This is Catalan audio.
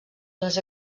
les